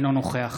אינו נוכח